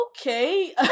okay